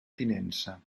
tinença